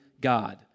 God